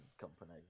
company